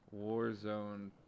Warzone